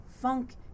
funk